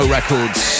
Records